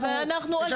בגלל 38(ד) אנחנו,